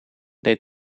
deed